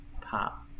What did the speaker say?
Pop